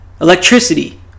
electricity